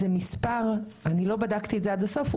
זה מספר חסר לא בדקתי את זה עד הסוף.